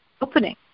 opening